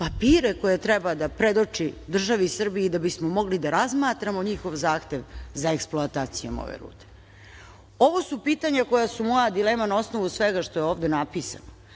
papire koje treba da predoči državi Srbiji da bismo mogli da razmatramo njihov zahtev za eksploatacijom ove rude. Ovo su pitanja koja su moja dilema na osnovu svega što je ovde napisano,